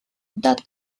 dot